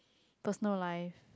personal life